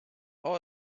all